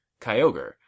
Kyogre